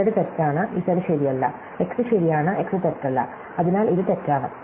z തെറ്റാണ് z ശരിയല്ല x ശരിയാണ് x തെറ്റല്ല അതിനാൽ ഇത് തെറ്റാണ്